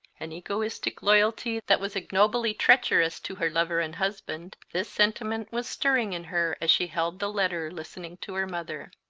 an egoistic loyalty that was ignobly treacherous to her lover and husband, this sentiment was stirring in her as she held the letter listening to her mother.